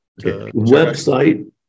website